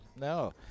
No